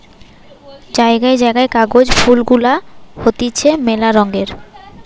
জায়গায় জায়গায় কাগজ ফুল গুলা হতিছে মেলা রঙের